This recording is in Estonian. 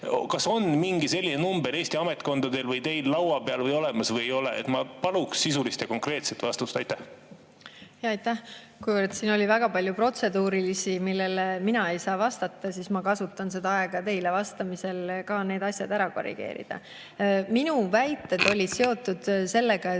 Kas on mingi selline number Eesti ametkondadel või teil laua peal või olemas või ei ole? Ma palun sisulist ja konkreetset vastust. Kuna siin oli väga palju protseduurilisi küsimusi, millele mina ei saa vastata, siis ma kasutan seda võimalust teile vastamisel ka need asjad ära korrigeerida. Minu väited olid seotud sellega,